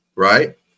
Right